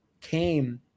came –